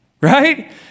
right